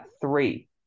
three